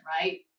right